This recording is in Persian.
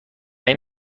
این